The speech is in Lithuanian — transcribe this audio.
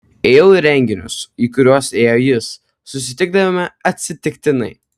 ėjau į renginius į kuriuos ėjo jis susitikdavome atsitiktinai